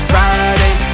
Friday